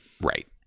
Right